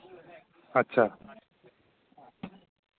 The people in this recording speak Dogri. अच्छा